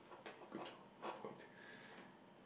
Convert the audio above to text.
okay good job good point